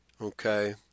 okay